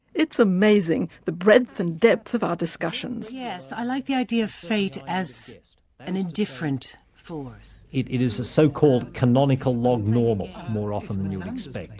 it's amazing the breadth and depth of our discussions. yes, i like the idea of fate as an indifferent force. it it is a so-called canonical lognormal, more often than you'd expect. and